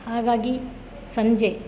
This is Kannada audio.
ಹಾಗಾಗಿ ಸಂಜೆ